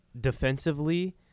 defensively